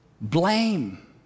blame